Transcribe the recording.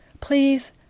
Please